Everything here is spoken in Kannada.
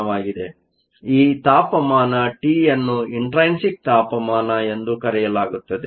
ಆದ್ದರಿಂದ ಈ ತಾಪಮಾನ ಟಿಯನ್ನು ಇಂಟ್ರೈನ್ಸಿಕ್ ತಾಪಮಾನ ಎಂದು ಕರೆಯಲಾಗುತ್ತದೆ